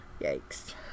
Yikes